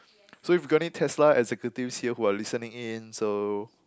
so you've got any Tesla executives here who are listening in so